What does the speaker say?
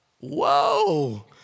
whoa